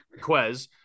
Quez